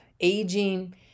aging